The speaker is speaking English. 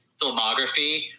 filmography